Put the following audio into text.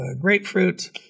grapefruit